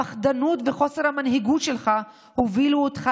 הפחדנות וחוסר המנהיגות שלך הובילו אותך